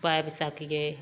पाबि सकियै